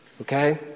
Okay